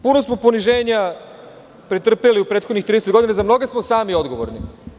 Puno smo poniženja pretrpeli u prethodnih 30 godina, za mnoge smo sami odgovorni.